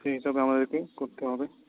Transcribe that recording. সেই হিসেবে আমাদেরকে করতে হবে